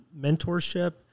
mentorship